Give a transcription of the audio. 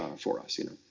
for us, you know.